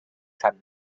san